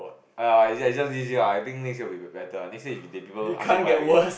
err it's just this year ah I think next year will be be better next year if people ask you buy again